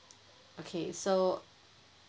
okay so